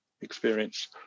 experience